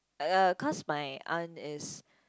uh cause my aunt is